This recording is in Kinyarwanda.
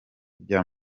bya